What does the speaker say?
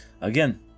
again